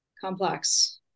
complex